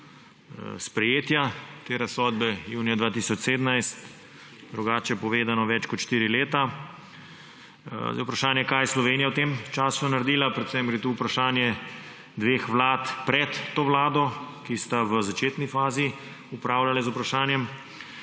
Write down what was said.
sprejetja te razsodbe junija 2017, drugače povedano, več kot štiri leta. Zdaj je vprašanje, kaj je Slovenija v tem času naredila. Predvsem gre tukaj vprašanje dveh vlad pred to vlado, ki sta v začetni fazi upravljali z vprašanjem.